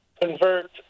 convert